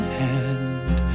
hand